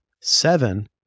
seven